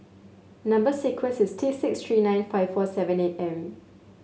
number sequence is T six three nine five four seven eight M